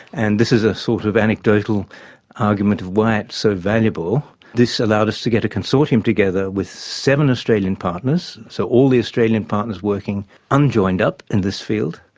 and this is a sort of anecdotal argument of why it is so valuable. this allowed us to get a consortium together with seven australian partners, so all the australian partners working un-joined-up in this field,